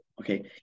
okay